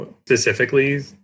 specifically